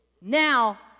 Now